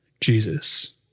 Jesus